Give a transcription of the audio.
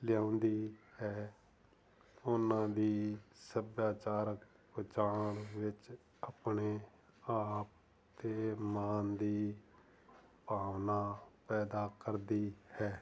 ਲਿਆਉਂਦੀ ਹੈ ਉਹਨਾਂ ਦੀ ਸੱਭਿਆਚਾਰਕ ਪਹਿਚਾਣ ਵਿੱਚ ਆਪਣੇ ਆਪ 'ਤੇ ਮਾਣ ਦੀ ਭਾਵਨਾ ਪੈਦਾ ਕਰਦੀ ਹੈ